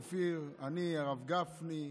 אופיר, אני, הרב גפני,